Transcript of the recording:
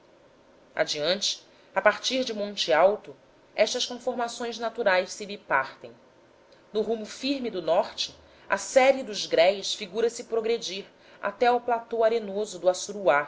adiante a partir de monte alto estas conformações naturais se bipartem do rumo firme do norte a série do grés figura se progredir até ao platô atenoso do açuruá